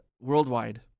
worldwide